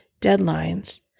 deadlines